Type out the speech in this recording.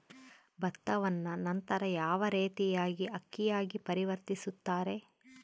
ಭತ್ತವನ್ನ ನಂತರ ಯಾವ ರೇತಿಯಾಗಿ ಅಕ್ಕಿಯಾಗಿ ಪರಿವರ್ತಿಸುತ್ತಾರೆ?